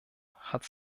hat